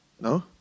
No